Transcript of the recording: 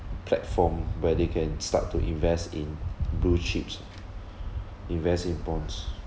platform where they can start to invest in blue chips invest in bonds